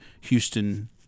Houston